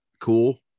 cool